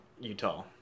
Utah